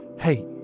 Hey